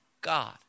God